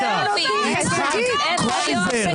המשפט עשה שימוש רחב יותר בעילת הסבירות,